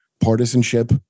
partisanship